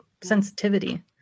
Sensitivity